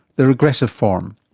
the regressive form.